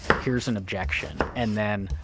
here's an objection. and then